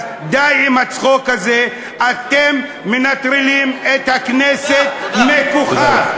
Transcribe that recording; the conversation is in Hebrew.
אז, די עם הצחוק הזה, אתם מנטרלים את הכנסת מכוחה.